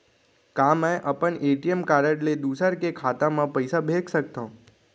का मैं अपन ए.टी.एम कारड ले दूसर के खाता म पइसा भेज सकथव?